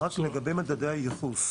רק לגבי מדדי הייחוס,